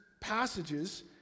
passages